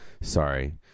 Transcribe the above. Sorry